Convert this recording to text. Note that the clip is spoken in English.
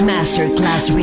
Masterclass